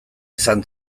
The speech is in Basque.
izan